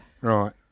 right